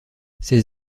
ses